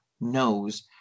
knows